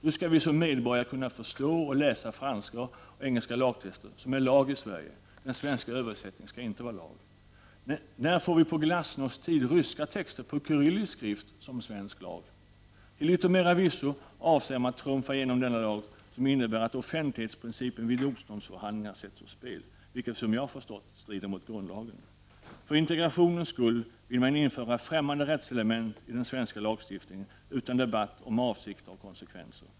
Nu skall vi som medborgare kunna förstå och läsa franska och engelska lagtexter, som är lag i Sverige. Den svenska översättningen blir inte lag. När får vi i glasnosttid ryska texter med kyrillisk skrift som svensk lag? Till yttermera visso avser man att trumfa igenom denna lag, som innebär att offentlighetsprincipen vid domstolsförhandlingar sätts ur spel. Som jag förstår strider det mot grundlagen. För integrationens skull vill man införa främmande rättselement i den svenska lagstiftningen utan debatt om avsikter och konsekvenser.